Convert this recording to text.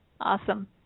Awesome